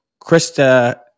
Krista